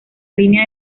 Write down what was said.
línea